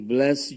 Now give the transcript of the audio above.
Bless